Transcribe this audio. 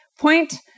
Point